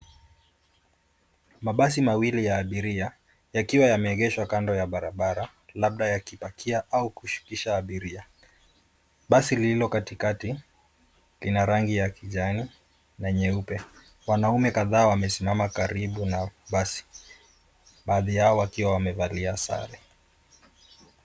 Mabasi mawili ya abiria yakiwa yameegeshwa kando ya barabara labda yakipakia au kushukisha abiria . Basi lililo katikati lina rangi ya kijani na nyeupe. Wanaume kadhaa wamesimama karibu na basi baadhi yao wakiwa wamevalia sare.